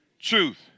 truth